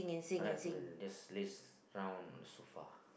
I like to just lay down on sofa